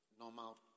normal